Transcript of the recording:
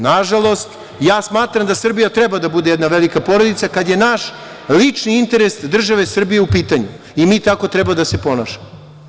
Nažalost, ja smatram da Srbija treba da bude jedna velika porodica kada je naš lični interes države Srbije u pitanju i mi tako treba da se ponašamo.